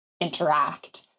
interact